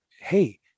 hey